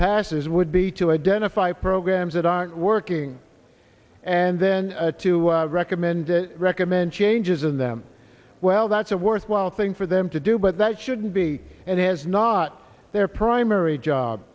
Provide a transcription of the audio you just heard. passes would be to identify programs that aren't working and then to recommend recommend changes in them well that's a worthwhile thing for them to do but that shouldn't be and has not their primary job